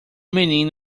menino